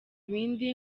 bindi